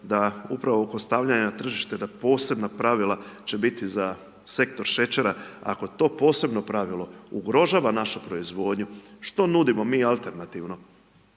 da upravo kod stavljanja na tržište da posebna pravila će biti sa sektor šećera, ako to posebno pravilo ugrožava našu proizvodnju što nudimo mi alternativno?